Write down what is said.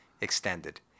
extended